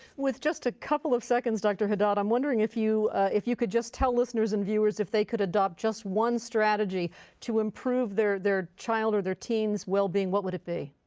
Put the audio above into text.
with just a couple of seconds dr. haddad i'm wondering if you if you could just tell listeners and viewers if they could adopt just one strategy to improve their their child or their teens wellbeing what would it be?